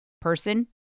person